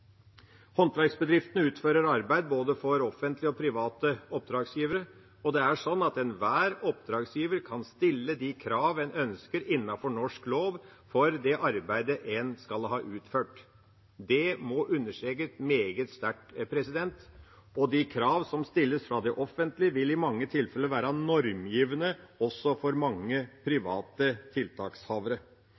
utfører arbeid for både offentlige og private oppdragsgivere, og enhver oppdragsgiver kan stille de kravene en ønsker, innenfor norsk lov, for det arbeidet en skal ha utført. Det må understrekes meget sterkt. De kravene som stilles fra det offentlige, vil i mange tilfeller være normgivende også for mange private tiltakshavere.